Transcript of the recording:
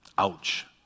Ouch